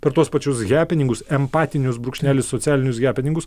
per tuos pačius hepeningus empatinius brūkšnelius socialinius hepeningus